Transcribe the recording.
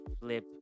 flip